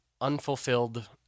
unfulfilled